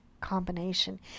combination